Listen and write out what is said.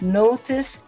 notice